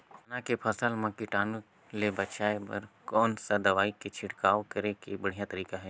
चाना के फसल मा कीटाणु ले बचाय बर कोन सा दवाई के छिड़काव करे के बढ़िया तरीका हे?